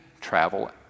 travel